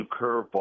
curveball